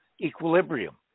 equilibrium